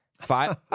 five